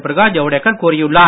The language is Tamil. பிரகாஷ் ஜவ்டேக்கர் கூறியுள்ளார்